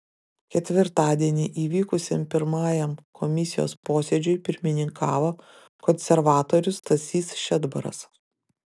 ketvirtadienį įvykusiam pirmajam komisijos posėdžiui pirmininkavo konservatorius stasys šedbaras